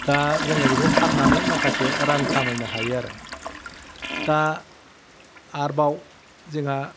दा जोङो बेखौ फाननानै माखासे रां खामायनो हायो आरो दा आरोबाव जोंहा